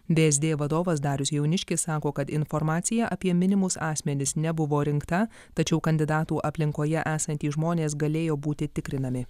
vsd vadovas darius jauniškis sako kad informacija apie minimus asmenis nebuvo rinkta tačiau kandidatų aplinkoje esantys žmonės galėjo būti tikrinami